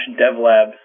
devlabs